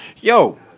Yo